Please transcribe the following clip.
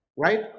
Right